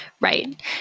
Right